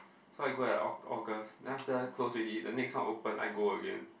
so I go at Oct~ August then after close already the next one open I go again